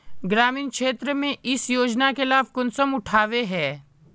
ग्रामीण क्षेत्र में इस योजना के लाभ कुंसम उठावे है?